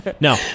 No